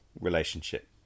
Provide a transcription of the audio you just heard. relationship